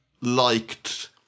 liked